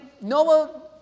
Noah